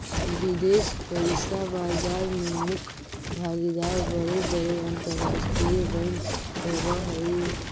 विदेश पइसा बाजार में मुख्य भागीदार बड़े बड़े अंतरराष्ट्रीय बैंक होवऽ हई